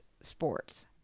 sports